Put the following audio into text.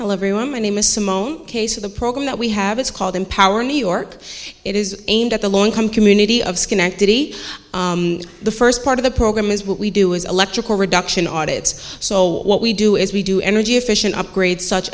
hello everyone my name is simone case of the program that we have it's called empower new york it is aimed at the low income community of schenectady the first part of the program is what we do is electrical reduction audits so what we do is we do energy efficient upgrades such